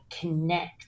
connect